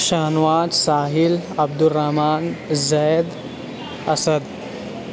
Shah Nawaz Sahil Abdul Rahman Zaid Asad